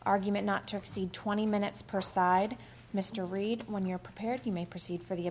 argument not to exceed twenty minutes per side mr read when you're prepared you may proceed for the